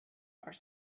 are